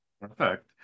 perfect